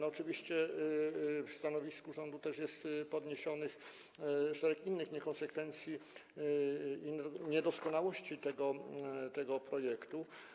Oczywiście w stanowisku rządu też jest podniesionych szereg innych niekonsekwencji i niedoskonałości tego projektu.